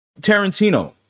Tarantino